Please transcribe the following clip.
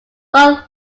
one